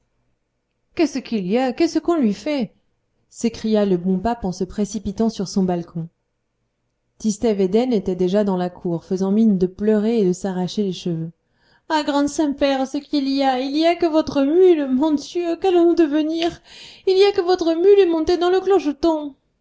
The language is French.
ce qu'il y a qu'est-ce qu'on lui fait s'écria le bon pape en se précipitant sur son balcon tistet védène était déjà dans la cour faisant mine de pleurer et de s'arracher les cheveux ah grand saint-père ce qu'il y a il y a que votre mule mon dieu qu'allons-nous devenir il y a que votre mule est montée dans le clocheton